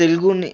తెలుగుని